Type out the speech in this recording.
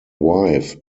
wife